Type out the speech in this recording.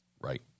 Right